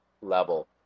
level